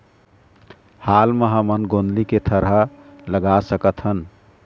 हाल मा हमन गोंदली के थरहा लगा सकतहन?